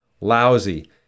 lousy